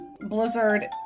Blizzard